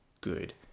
good